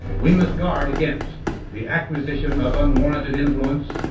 we must guard against the acquisition of unwarranted influence,